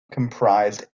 comprised